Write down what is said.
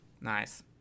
Nice